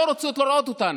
לא רוצות לראות אותנו,